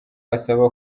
asaba